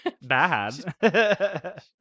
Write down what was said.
bad